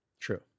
True